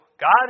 God